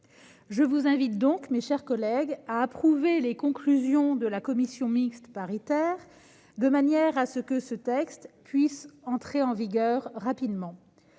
Je vous invite donc, mes chers collègues, à approuver les conclusions de la commission mixte paritaire, afin que ce texte puisse entrer rapidement